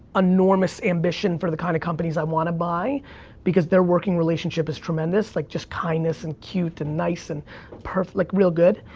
enormous ambition for the kind of companies i wanna buy because their working relationship is tremendous, like, just kindness, and cute, and nice, and perfect, like real good.